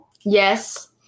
Yes